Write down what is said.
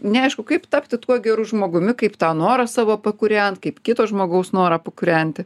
neaišku kaip tapti tuo geru žmogumi kaip tą norą savo pakūrent kaip kito žmogaus norą pakūrenti